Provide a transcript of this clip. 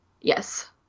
Yes